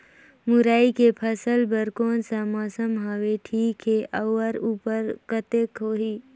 मुरई के फसल बर कोन सा मौसम हवे ठीक हे अउर ऊपज कतेक होही?